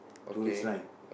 tourist line